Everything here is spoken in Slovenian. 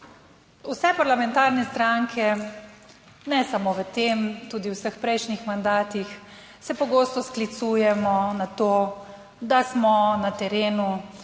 vse parlamentarne stranke, ne samo v tem, tudi v vseh prejšnjih mandatih se pogosto sklicujemo na to, da smo na terenu,